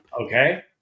Okay